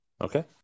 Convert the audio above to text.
Okay